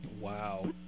Wow